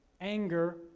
anger